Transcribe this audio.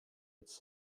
its